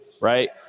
right